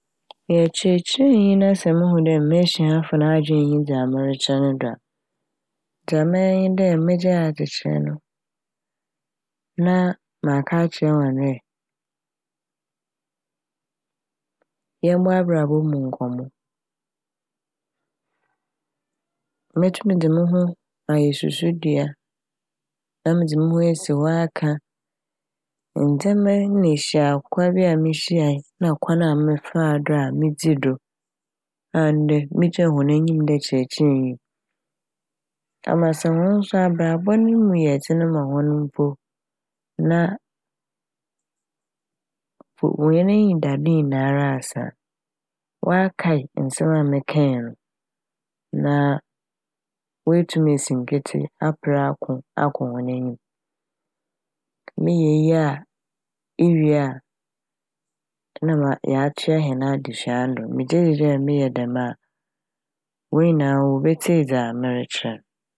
Meyɛ kyerɛkyerɛnyi na sɛ muhu dɛ m'esuafo adwen nnyi dza merekyerɛ no do a. Dza mɛyɛ ne dɛ megyae adzekyerɛ no na maka akyerɛ hɔn dɛ yɛmbɔ abrabɔ mu nkɔmmɔ. Motum dze mo ho ayɛ susudua na medze mo ho esi hɔ aka ndzɛma na ehyiakwa bi a mihyiae na kwan a mefaa do a medzi do a ndɛ migyina hɔn enyim dɛ kyerɛkyerɛnyi. Ama sɛ hɔn so abrabɔ no mu yɛdzen ma hɔn mpo na po- hɔn enyidado nyinara asa a wɔakae nsɛm a mekae no na woetum esi nketse aper ako akɔ hɔn enyim. Meyɛ iyi a iwie a na mato- yɛatoa hɛn adzesua no do megye dzi dɛ meyɛ dɛm a hɔn nyinaa wobetsie dza merekyerɛ n'.